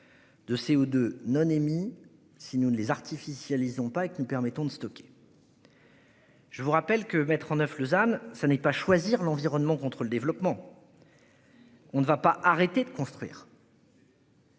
De CO2 non émis. Si nous ne les artificielle, ils ont pas et avec nous permettant de stocker. Je vous rappelle que mettre en neuf Lausanne. Ça n'est pas choisir l'environnement contre le développement. On ne va pas arrêter de construire.